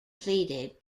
pleaded